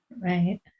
Right